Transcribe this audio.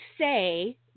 say